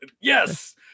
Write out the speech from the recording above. Yes